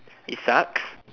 it sucks